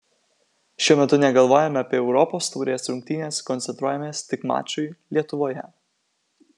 šiuo metu negalvojame apie europos taurės rungtynes koncentruojamės tik mačui lietuvoje